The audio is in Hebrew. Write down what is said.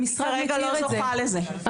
והיא כרגע לא זוכה לזה.